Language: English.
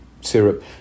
syrup